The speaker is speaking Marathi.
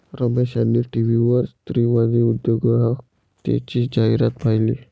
रमेश यांनी टीव्हीवर स्त्रीवादी उद्योजकतेची जाहिरात पाहिली